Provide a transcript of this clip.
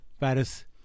Paris